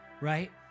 right